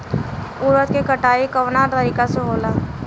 उरद के कटाई कवना तरीका से होला?